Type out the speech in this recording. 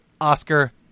Oscar